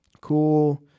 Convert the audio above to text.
Cool